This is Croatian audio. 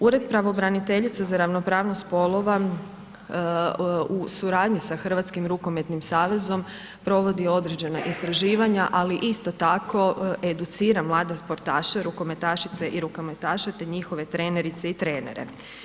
Ured pravobraniteljice za ravnopravnost spolova u suradnji sa Hrvatskim rukometnim savezom provodi određena istraživanja ali isto tako educira mlade sportaše, rukometašice i rukometaše te njihove trenerice i trenere.